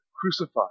crucified